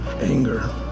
anger